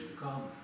come